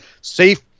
safe